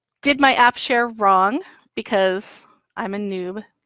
did my app share wrong because i'm a newb,